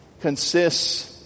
consists